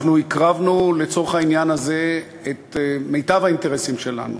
הקרבנו לצורך העניין הזה את מיטב האינטרסים שלנו